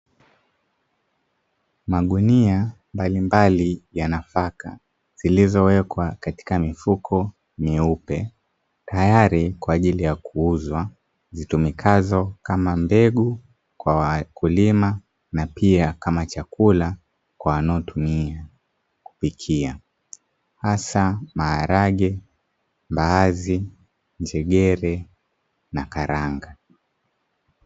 Magunia mbalimbali ya nafaka zilizowekwa katika mifuko mieupe tayari kwa ajili ya kuuzwa. Zitumikazo kama mbegu kwa wakulima na pia kama chakula kwa wanaotumia kupikia hasa maharage, mbaazi, njegere, na karanga.